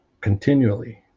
continually